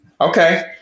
Okay